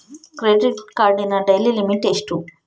Credit ಕಾರ್ಡಿನ daily limit ಎಷ್ಟು?